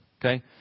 okay